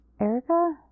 Erica